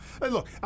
Look